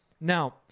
Now